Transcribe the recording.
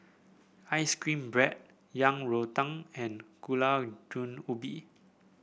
ice cream bread Yang Rou Tang and Gulai Daun Ubi